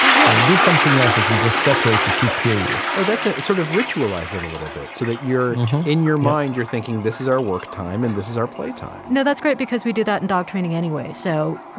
um yeah. do something else that we just separate the two periods so that's ah sort of ritualized that a little bit so that you're in your mind, you're thinking this is our work time and this is our playtime know, that's great because we do that in dog training anyway. so,